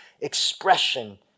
expression